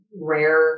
rare